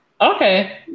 Okay